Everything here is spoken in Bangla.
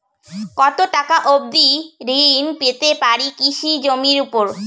কত টাকা অবধি ঋণ পেতে পারি কৃষি জমির উপর?